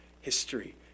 history